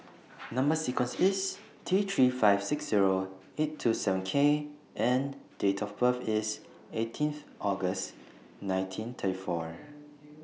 Number sequence IS T three five six Zero eight two seven K and Date of birth IS eighteenth August nineteen thirty four